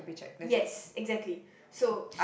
yes exactly so